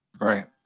Right